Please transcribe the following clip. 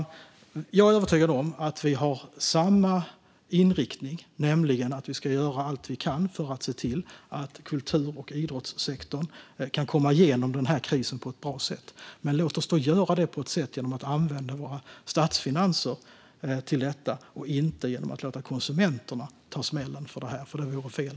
Nej, jag är övertygad om att vi har samma inriktning, nämligen att vi ska göra allt vi kan för att se till att kultur och idrottssektorn kan komma igenom den här krisen på ett bra sätt. Men låt oss göra det genom att använda våra statsfinanser och inte genom att låta konsumenterna ta smällen. Det vore fel.